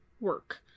work